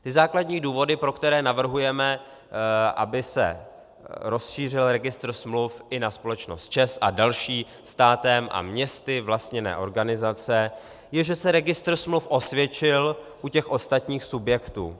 Jedním ze základních důvodů, pro které navrhujeme, aby se rozšířil registr smluv i na společnost ČEZ a další státem a městy vlastněné organizace, je, že se registr smluv osvědčil u těch ostatních subjektů.